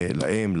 לאם,